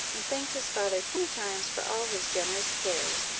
and thanked his father twenty times for all his generous cares,